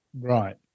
Right